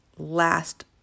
last